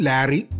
Larry